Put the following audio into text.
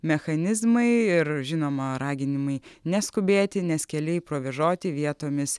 mechanizmai ir žinoma raginimai neskubėti nes keliai provėžoti vietomis